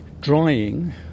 drying